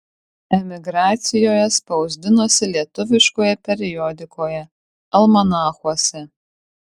emigracijoje spausdinosi lietuviškoje periodikoje almanachuose